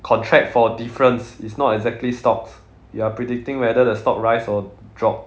contract for difference it's not exactly stocks you are predicting whether the stock rise or drop